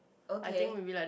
okay